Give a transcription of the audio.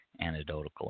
anecdotal